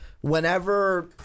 whenever